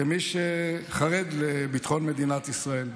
כמי שחרד לביטחון מדינת ישראל.